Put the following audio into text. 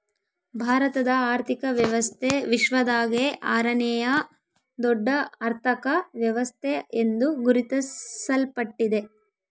ಭಾರತದ ಆರ್ಥಿಕ ವ್ಯವಸ್ಥೆ ವಿಶ್ವದಾಗೇ ಆರನೇಯಾ ದೊಡ್ಡ ಅರ್ಥಕ ವ್ಯವಸ್ಥೆ ಎಂದು ಗುರುತಿಸಲ್ಪಟ್ಟಿದೆ